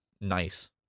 nice